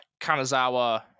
Kanazawa